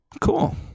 cool